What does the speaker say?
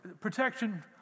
protection